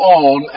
on